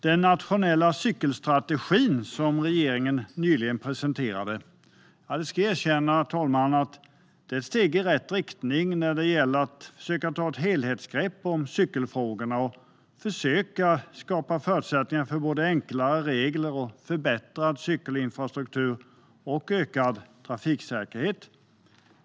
Den nationella cykelstrategi som regeringen nyligen presenterade är - det ska jag erkänna, herr talman - ett steg i rätt riktning när det gäller att försöka ta ett helhetsgrepp om cykelfrågorna och skapa förutsättningar för såväl enklare regler och förbättrad cykelinfrastruktur som ökad trafiksäkerhet.